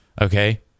Okay